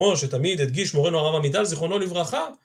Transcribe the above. או שתמיד הדגיש מורנו הרב עמיטל זכרונו לברכה.